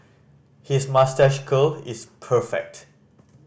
his moustache curl is perfect